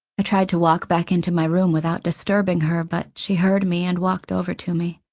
i tried to walk back into my room without disturbing her, but she heard me and walked over to me.